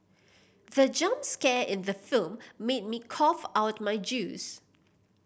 the jump scare in the film made me cough out my juice